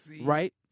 Right